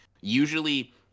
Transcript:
Usually